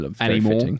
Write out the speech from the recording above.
anymore